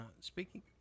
speaking